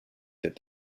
that